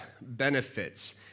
benefits